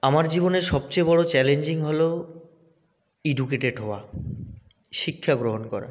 আমার জীবনের সবচেয়ে বড়ো চ্যালেঞ্জিং হল এডুকেটেড হওয়া শিক্ষাগ্রহণ করা